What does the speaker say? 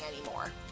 anymore